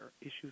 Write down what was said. issues